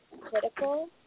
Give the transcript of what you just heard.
critical